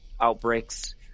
outbreaks